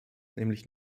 nämlich